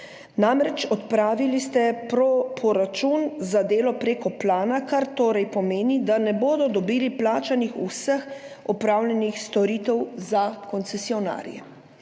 Namreč, odpravili ste poračun za delo prek plana, kar torej pomeni, da ne bodo dobili plačanih vseh opravljenih storitev za koncesionarje.